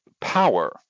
power